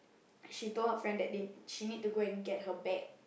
she told her friend that they she need to go and get her bag